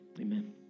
Amen